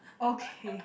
okay